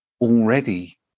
already